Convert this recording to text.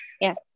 Yes